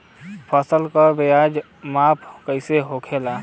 फसल का वजन माप कैसे होखेला?